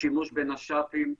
שימוש בנש"מים,